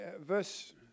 Verse